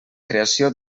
creació